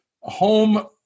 home